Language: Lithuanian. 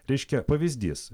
reiškia pavyzdys